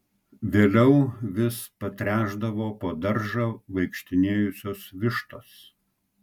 vėliau vis patręšdavo po daržą vaikštinėjusios vištos